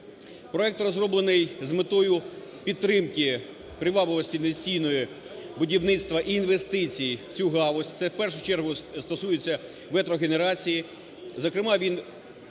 Проект розроблений з метою підтримки привабливості інвестиційної будівництва і інвестицій в цю галузь. Це, в першу чергу, стосується ветрогенерації,